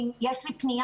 לא, יש לי פניה